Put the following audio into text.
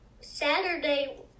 Saturday